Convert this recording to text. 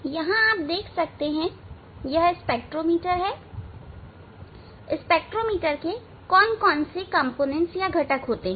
यहां आप देख सकते हैं कि यह स्पेक्ट्रोमीटर है स्पेक्ट्रोमीटर के कौन कौन से घटक होते हैं